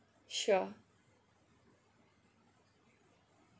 sure